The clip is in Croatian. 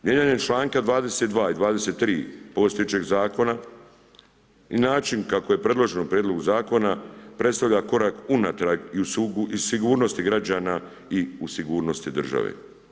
Mijenjanje članka 22 i 23 postojećeg zakona i način kako je predloženo u prijedlogu zakona predstavlja korak unatrag i sigurnosti građana i u sigurnosti države.